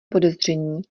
podezření